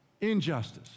Injustice